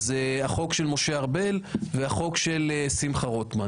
זה החוק של משה ארבל והחוק של שמחה רוטמן.